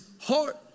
heart